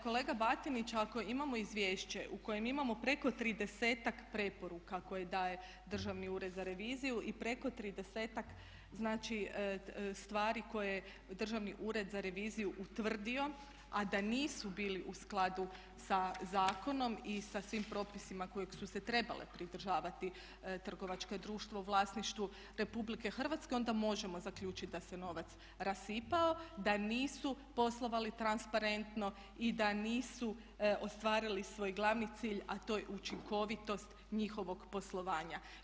Kolega Batinić ako imamo izvješće u kojem imamo preko 30-ak preporuka koje daje Državni ured za reviziju i preko 30-ak znači stvari koje je Državni ured za reviziju utvrdio a da nisu bili u skladu sa zakonom i sa svim propisima kojeg su se trebale pridržavati trgovačka društva u vlasništvu Republike Hrvatske onda možemo zaključiti da se novac rasipao, da nisu poslovali transparentno i da nisu ostvarili svoj glavni cilj a to je učinkovitost njihovog poslovanja.